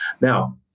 Now